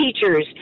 teachers